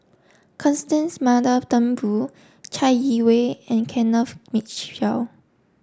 Constance Mary Turnbull Chai Yee Wei and Kenneth Mitchell